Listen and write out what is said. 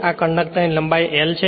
આ કંડક્ટરની લંબાઈ l છે